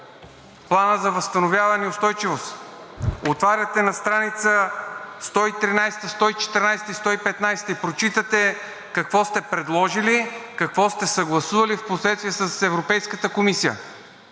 Планът за възстановяване и устойчивост отваряте на страница 113-а, 114-а и 115-а и прочитате какво сте предложили, какво сте съгласували впоследствие с Европейската комисия